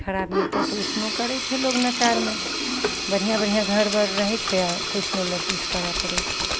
खराब मिलय छै तऽ वैसनो करय छै लोक लाचारमे बढ़िआँ बढ़िआँ घर बर रहय छै आओर कैसनो लड़कीसँ करऽ पड़य छै